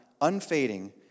unfading